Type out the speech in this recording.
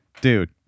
Dude